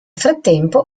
frattempo